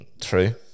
true